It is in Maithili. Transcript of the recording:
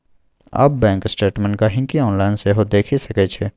आब बैंक स्टेटमेंट गांहिकी आनलाइन सेहो देखि सकै छै